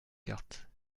cartes